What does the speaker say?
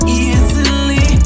easily